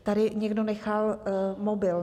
Tady někdo nechal mobil.